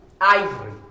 ivory